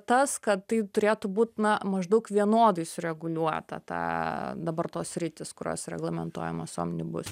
tas kad tai turėtų būt na maždaug vienodai sureguliuota ta dabar tos sritys kurios reglamentuojamos omnibus